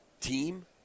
team